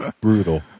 Brutal